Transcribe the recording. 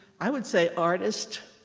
i would say artist,